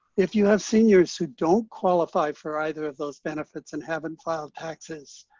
if you have seniors who don't qualify for either of those benefits and haven't filed taxes,